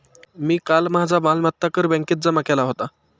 मी काल माझा मालमत्ता कर बँकेत जमा केला होता